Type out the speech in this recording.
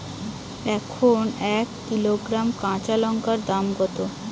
এখন এক কিলোগ্রাম কাঁচা লঙ্কার দাম কত?